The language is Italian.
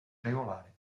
regolare